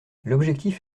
l’objectif